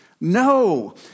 No